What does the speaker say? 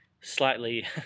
slightly